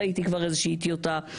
ראיתי כבר איזושהי טיוטה.